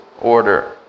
order